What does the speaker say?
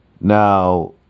Now